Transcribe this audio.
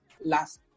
last